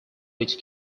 which